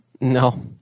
No